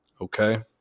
Okay